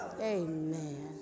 amen